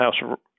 House